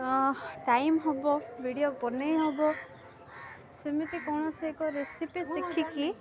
time ହେବ video ବନେଇ ହେବ ସେମିତି କୌଣସି ଏକ ରେସିପି ଶିଖିକି